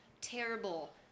Terrible